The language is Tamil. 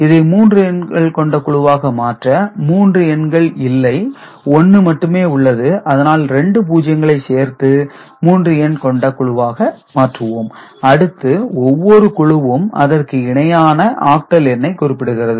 இதை மூன்று எண்கள் கொண்ட குழுவாக மாற்ற மூன்று எண்கள் இல்லை 1 மட்டுமே உள்ளது அதனால் 2 பூஜ்ஜியங்களை சேர்த்து மூன்று எண் கொண்ட குழுவாக மாற்றுவோம் அடுத்து ஒவ்வொரு குழுவும் அதற்கு இணையான ஆக்டல் எண்ணை குறிப்பிடுகிறது